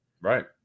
right